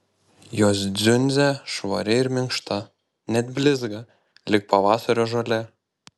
jos dziundzė švari ir minkšta net blizga lyg pavasario žolė